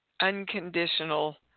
Unconditional